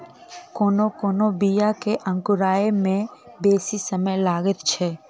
कोनो कोनो बीया के अंकुराय मे बेसी समय लगैत छै